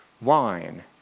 wine